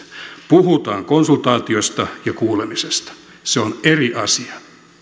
puhutaan konsultaatiosta ja kuulemisesta se on eri asia